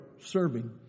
serving